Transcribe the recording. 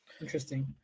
Interesting